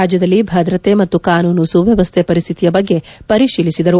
ರಾಜ್ಯದಲ್ಲಿ ಭದ್ರತೆ ಮತ್ತು ಕಾನೂನು ಸುವ್ಯವಸ್ಥೆ ಪರಿಸ್ಥಿತಿಯ ಬಗ್ಗೆ ಪರಿಶೀಲಿಸದರು